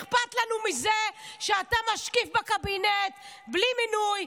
אכפת לנו מזה שאתה משקיף בקבינט בלי מינוי,